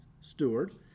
steward